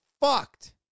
fucked